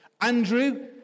Andrew